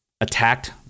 attacked